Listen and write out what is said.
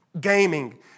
Gaming